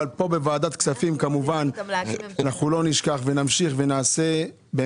אבל פה בוועדת הכספים כמובן אנחנו לא נשכח ונמשיך ונעשה.